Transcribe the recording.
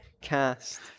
cast